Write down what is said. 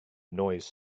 noise